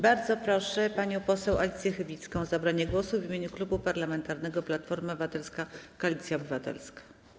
Bardzo proszę panią poseł Alicję Chybicką o zabranie głosu w imieniu Klubu Parlamentarnego Platforma Obywatelska - Koalicja Obywatelska.